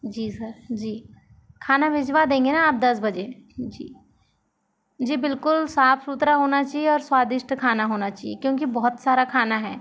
जी sir जी खाना भिजवा देंगे ना आप दस बजे जी जी बिलकुल साफ़ सुथरा होना चाहिए और स्वादिष्ट खाना होना चाहिए क्योंकि बहुत सारा खाना है